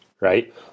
right